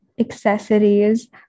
accessories